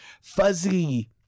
fuzzy